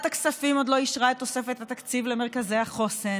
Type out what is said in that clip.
הכספים עוד לא אישרה את תוספת התקציב למרכזי החוסן,